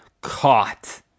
caught